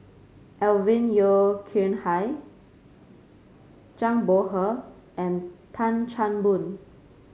Alvin Yeo Khirn Hai Zhang Bohe and Tan Chan Boon